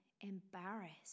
embarrassed